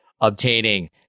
obtaining